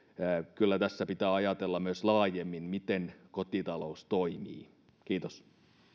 kyllä tässä pitää ajatella myös laajemmin miten kotitalous toimii kiitos